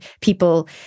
people